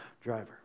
driver